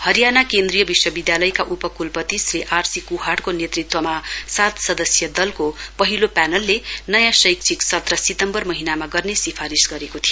हरियाणा केन्द्रीय विश्वविधालयका उपकुलपति श्री आर सी कुहाडको नेतृत्वमा सात सदस्यीय दलको पहिलो प्यानलले नयाँ शैषिक सत्र सितम्बर महीनामा गर्ने सिफारिश गरेको थियो